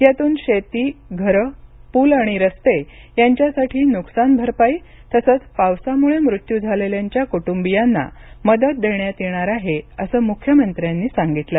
यातून शेती घरं पूल आणि रस्ते यांच्यासाठी नुकसान भरपाई तसंच पावसामुळे मृत्यू झालेल्यांच्या कुटुंबीयांना मदत देण्यात येणार आहे असं मुख्यमंत्र्यांनी सांगितलं